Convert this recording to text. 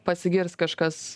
pasigirs kažkas